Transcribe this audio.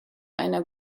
einer